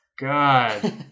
God